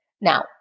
Now